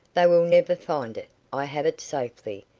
they will never find it. i have it safely.